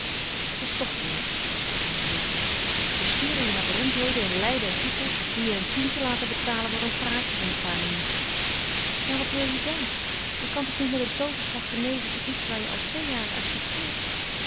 het is toch voor niets sprak hij wrevelig ze sturen je naar beroemdheden in leiden en utrecht die je een tientje laten betalen voor een praatje van een paar minuten maar wat wil je dan je kan toch niet met een tooverslag genezen van iets waar je al twee jaren aan